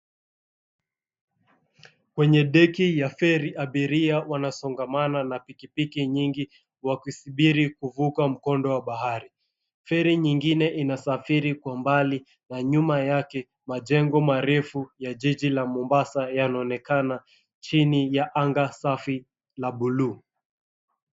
Kwenye deki ya feri abiria wanasongamana na pikipiki nyingi wakisubiri kuvuka mkondo wa bahari. Feri nyingine inasafiri kwa mbali na nyuma yake majengo marefu ya jiji la Mombasa yanaonekana chini ya anga safi la buluu.